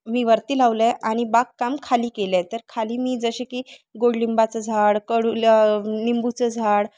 मी वरती लावलं आहे आणि बागकाम खाली केलं आहे तर खाली मी जसे की गोड लिंबाचं झाड कडूल निंबूचं झाड